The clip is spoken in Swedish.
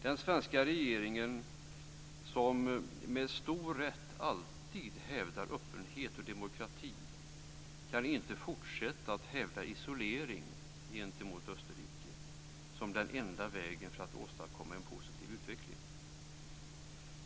Den svenska regeringen som med stor rätt alltid hävdar öppenhet och demokrati kan inte fortsätta att hävda isolering gentemot Österrike som den enda vägen för att åstadkomma en positiv utveckling.